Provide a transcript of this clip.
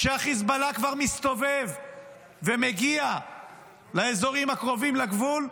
כשהחיזבאללה כבר מסתובב ומגיע לאזורים הקרובים לגבול.